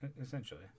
Essentially